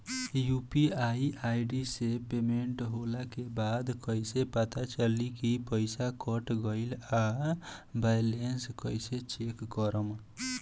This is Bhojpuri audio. यू.पी.आई आई.डी से पेमेंट होला के बाद कइसे पता चली की पईसा कट गएल आ बैलेंस कइसे चेक करम?